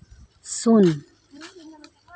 ᱥᱩᱱ